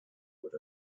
with